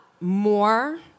more